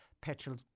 petrol